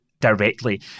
directly